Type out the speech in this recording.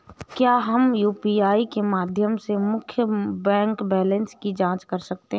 क्या हम यू.पी.आई के माध्यम से मुख्य बैंक बैलेंस की जाँच कर सकते हैं?